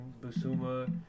Busuma